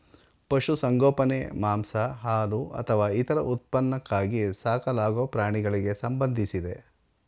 ಪಶುಸಂಗೋಪನೆ ಮಾಂಸ ಹಾಲು ಅಥವಾ ಇತರ ಉತ್ಪನ್ನಕ್ಕಾಗಿ ಸಾಕಲಾಗೊ ಪ್ರಾಣಿಗಳಿಗೆ ಸಂಬಂಧಿಸಿದೆ